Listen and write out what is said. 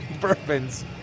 bourbons